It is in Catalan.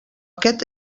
aquest